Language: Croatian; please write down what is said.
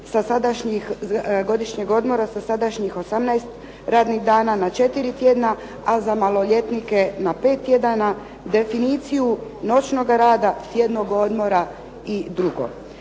trajanje godišnjih odmora sa sadašnjih 18 radnih dana na 4 tjedna, a za maloljetnike na 5 tjedana, definiciju noćnoga rada, tjednog odmora i drugo.